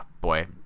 boy